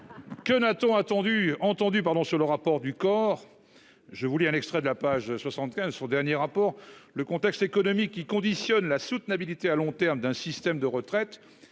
Que n'a-t-on attendu entendu pardon sur le rapport du COR. Je voulais un extrait de la page 75 son dernier rapport, le contexte économique qui conditionne la soutenabilité à long terme d'un système de retraite